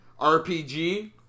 RPG